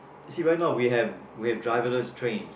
you see right not now we have we have driverless trains